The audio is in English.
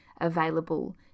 available